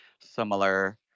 similar